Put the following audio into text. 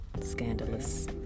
scandalous